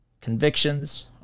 convictions